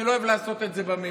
אני לא אוהב לעשות את זה במליאה.